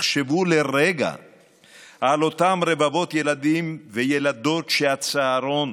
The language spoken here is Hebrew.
ותחשבו לרגע על אותם רבבות ילדים וילדות שהצהרון,